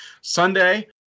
Sunday